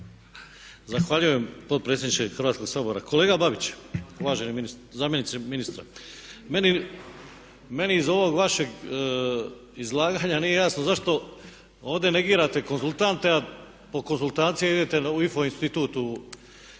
Zahvaljujem potpredsjedniče Hrvatskog sabora. Kolega Babić, uvaženi zamjeniče ministra, meni iz ovog vašeg izlaganja nije jasno zašto ovdje negirate konzultante a po konzultacije idete u IFO institut